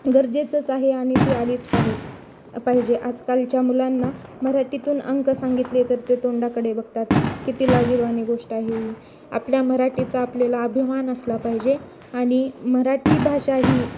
गरजेचंच आहे आणि ती आलीच पाहि पाहिजे आजकालच्या मुलांना मराठीतून अंक सांगितले तर ते तोंडाकडे बघतात किती लाजिरवाणी गोष्ट आहे ही आपल्या मराठीचा आपल्याला अभिमान असला पाहिजे आणि मराठी भाषा ही